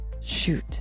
Shoot